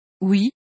Oui